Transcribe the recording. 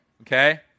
okay